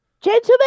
Gentlemen